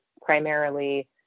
primarily